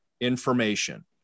information